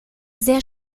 sehr